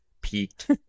peaked